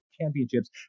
championships